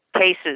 cases